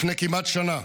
לפני כמעט שנה.